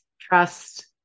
Trust